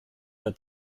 der